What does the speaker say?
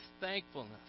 thankfulness